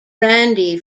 brandy